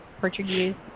Portuguese